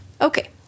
Okay